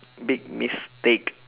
big miss steak